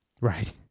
Right